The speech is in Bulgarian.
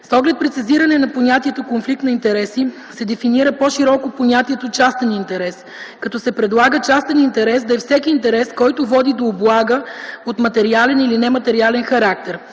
С оглед прецизиране на понятието „конфликт на интереси” се дефинира по-широко понятието „частен интерес”, като се предлага частен интерес да е всеки интерес, който води до облага от материален или нематериален характер.